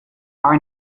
are